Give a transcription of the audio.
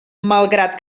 malgrat